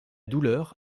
douleur